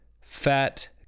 fat